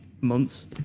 months